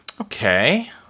Okay